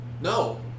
No